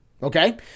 Okay